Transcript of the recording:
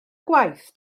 gwaith